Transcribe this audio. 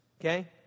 okay